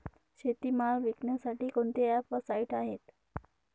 शेतीमाल विकण्यासाठी कोणते ॲप व साईट आहेत?